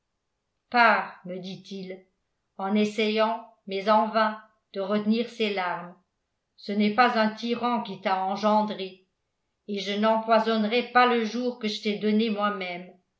pars me dit-il en essayant mais en vain de retenir ses larmes ce n'est pas un tyran qui t'a engendré et je n'empoisonnerai pas le jour que je t'ai donné moi-même